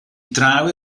draw